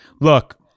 look